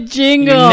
jingle